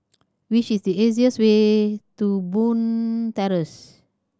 what is the easiest way to Bond Terrace